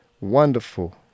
wonderful